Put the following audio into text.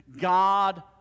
God